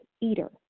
eater